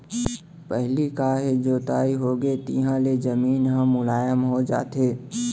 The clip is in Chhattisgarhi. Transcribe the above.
पहिली काहे जोताई होगे तिहाँ ले जमीन ह मुलायम हो जाथे